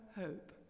hope